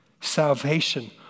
Salvation